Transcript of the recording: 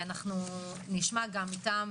נשמע גם אותם.